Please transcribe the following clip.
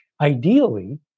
Ideally